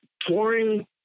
touring